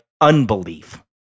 unbelief